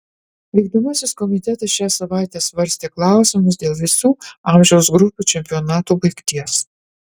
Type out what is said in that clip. vykdomasis komitetas šią savaitę svarstė klausimus dėl visų amžiaus grupių čempionatų baigties